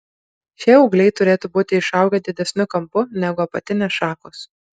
šie ūgliai turėtų būti išaugę didesniu kampu negu apatinės šakos